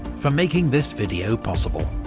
for making this video possible.